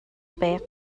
pek